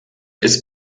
ist